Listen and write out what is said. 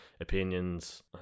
opinions